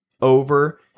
over